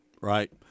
Right